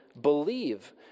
believe